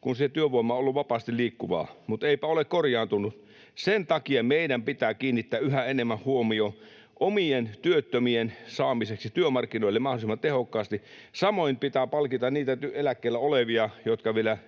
kun työvoima on ollut vapaasti liikkuvaa, mutta eipä ole korjaantunut. Sen takia meidän pitää kiinnittää yhä enemmän huomiota omien työttömien saamiseksi työmarkkinoille mahdollisimman tehokkaasti. Samoin pitää palkita niitä eläkkeellä olevia, jotka vielä